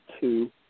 two